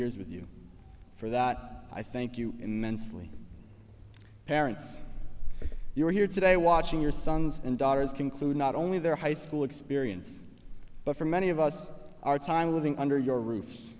years with you for that i thank you and mentally parents you are here today watching your sons and daughters conclude not only their high school experience but for many of us our time living under your roo